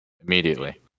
immediately